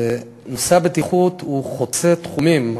נושא הבטיחות חוצה תחומים.